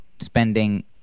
spending